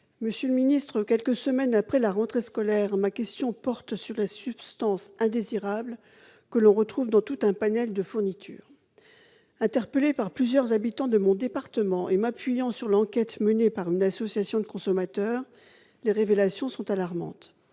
Monsieur le ministre, quelques semaines après la rentrée scolaire, ma question porte sur les substances indésirables que l'on retrouve dans tout un panel de fournitures scolaires. Interpellée par plusieurs habitants de mon département et m'appuyant sur l'enquête menée par une association de consommateurs, je tiens à mettre